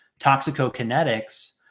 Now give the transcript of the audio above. toxicokinetics